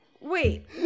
Wait